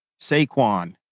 Saquon